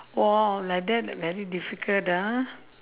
oh like that very difficult ah